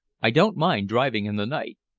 i don't mind driving in the night.